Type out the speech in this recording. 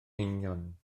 eingion